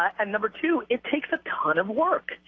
and number two, it takes a ton of work.